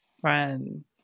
friend